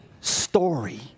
story